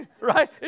Right